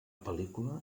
pel·lícula